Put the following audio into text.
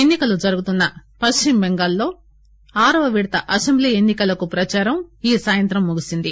ఎన్ని కలు జరుగుతున్న పశ్చిమ బెంగాల్లో ఆరవ విడత అసెంబ్లీ ఎన్ని కలకు ప్రచారం ఈ సాయంత్రం ముగిసింది